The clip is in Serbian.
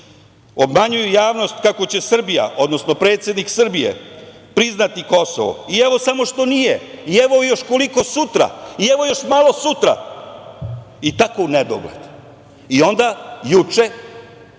obmanjuju javnost kako će Srbija, odnosno predsednik Srbije, priznati Kosovo, i evo samo što nije, i evo još koliko sutra, i evo još malo sutra, i tako unedogled. Onda juče,